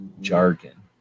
jargon